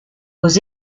aux